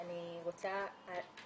בבקשה.